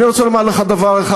אני רוצה לומר לך דבר אחד,